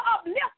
uplift